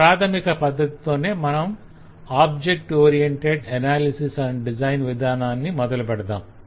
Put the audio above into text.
ఈ ప్రాధమిక పద్దతితోనే మనం object oriented analysis and design విధానాన్ని మొదలుపెడతాం